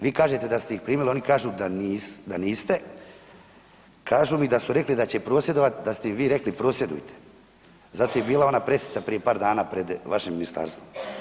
Vi kažete da ste ih primili, oni kažu da niste, kažu mi da su rekli da će prosvjedovati, da ste im vi rekli prosvjedujte, zato je i bila ona pressica prije par dana pred vašim ministarstvom.